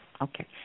okay